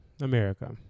America